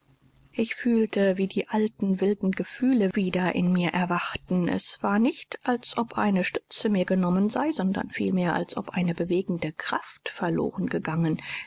ich fühlte wie die alten wilden gefühle wieder in mir erwachten es war nicht als ob eine stütze mir genommen sei sondern vielmehr als ob eine bewegende kraft verloren